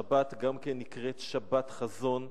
השבת גם נקראת "שבת חזון",